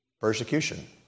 Persecution